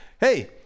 Hey